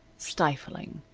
stifling,